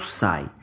sai